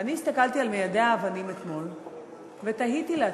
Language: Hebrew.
ואני הסתכלתי על מיידי האבנים אתמול ותהיתי לעצמי,